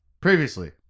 previously